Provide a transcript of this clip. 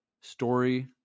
story